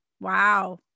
Wow